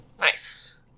Nice